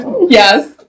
yes